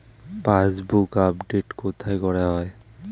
Passbook update কোথায় করা হয়?